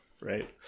right